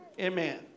Amen